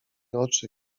oczy